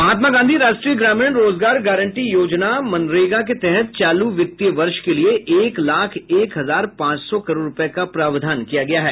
महात्मा गांधी राष्ट्रीय ग्रामीण रोजगार गारंटी योजना मनरेगा के तहत चालू वित्तीय वर्ष के लिए एक लाख एक हजार पांच सौ करोड़ रुपये का प्रावधान किया गया है